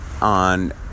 on